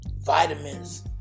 vitamins